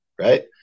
right